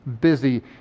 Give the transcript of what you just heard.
busy